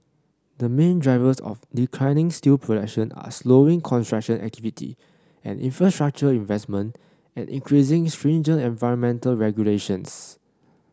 the main drivers of declining steel production are slowing construction activity and infrastructure investment and increasing stringent environmental regulations